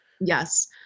Yes